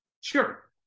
Sure